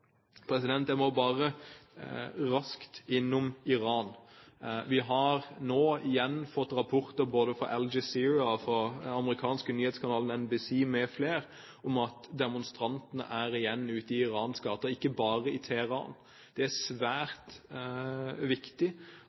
Jeg må bare raskt innom Iran. Vi har nå fått rapporter både fra Al Jazeera og fra den amerikanske nyhetskanalen NBC mfl. om at demonstrantene igjen er ute i Irans gater, og ikke bare i Teheran. Det er svært viktig